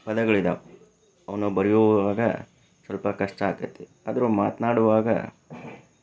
ಪದಗಳಿದಾವೆ ಅವನ್ನು ಬರೆಯೋವಾಗ ಸ್ವಲ್ಪ ಕಷ್ಟ ಆಗ್ತೈತಿ ಆದರೂ ಮಾತನಾಡುವಾಗ